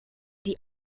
die